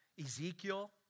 Ezekiel